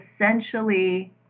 essentially